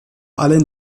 allen